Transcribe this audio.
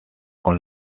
con